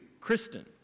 Kristen